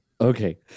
okay